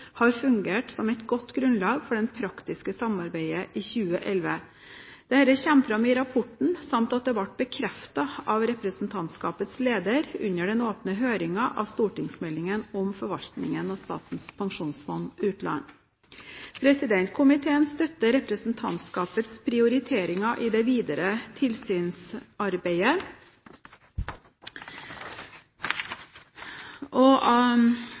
har fungert som et godt grunnlag for det praktiske samarbeidet i 2011. Dette kommer fram i rapporten, og det ble bekreftet av representantskapets leder under den åpne høringen om stortingsmeldingen om forvaltningen av Statens pensjonsfond utland. Komiteen støtter representantskapets prioriteringer i det videre tilsynsarbeidet og